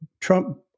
Trump